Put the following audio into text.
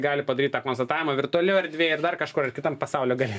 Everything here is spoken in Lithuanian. gali padaryt tą konstatavimą virtualioj erdvėj ir dar kažkur ar kitam pasaulio gale